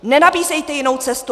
Nenabízejte jinou cestu.